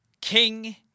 King